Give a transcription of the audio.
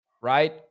Right